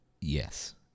Yes